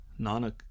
Nanak